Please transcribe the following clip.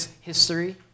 history